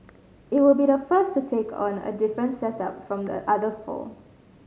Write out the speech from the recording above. it will be the first to take on a different setup from the other four